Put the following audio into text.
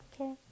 okay